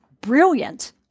brilliant